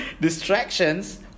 Distractions